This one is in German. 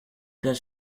das